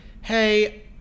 hey